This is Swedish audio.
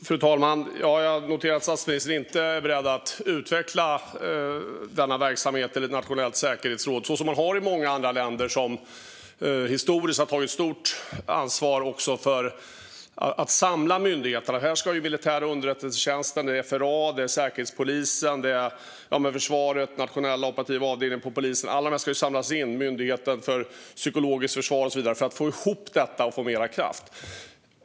Fru talman! Jag noterar att statsministern inte är beredd att utveckla denna verksamhet i ett nationellt säkerhetsråd, som man har i många andra länder och som historiskt har tagit ett stort ansvar för att samla myndigheterna. Här handlar det om att samla den militära underrättelsetjänsten, FRA, Säkerhetspolisen, försvaret, den nationella operativa avdelningen på polisen, Myndigheten för psykologiskt försvar och så vidare för att få ihop detta och få mer kraft.